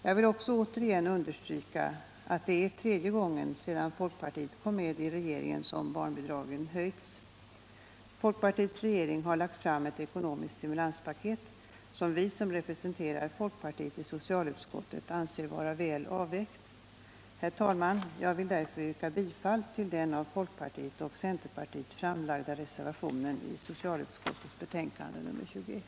Jag vill också återigen understryka att detta är tredje gången sedan folkpartiet kom med i regeringen som barnbidragen höjs. Folkpartiregeringen har lagt fram ett ekonomiskt stimulanspaket som vi som representerar folkpartiet i socialutskottet anser vara väl avvägt. Herr talman! Jag vill därför yrka bifall till den av folkpartiet och centerpartiet framlagda reservationen i socialutskottets betänkande nr 21.